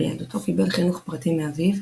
בילדותו קיבל חינוך פרטי מאביו,